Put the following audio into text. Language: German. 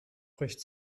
bricht